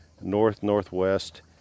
north-northwest